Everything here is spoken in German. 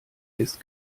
ist